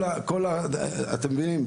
אתם מבינים?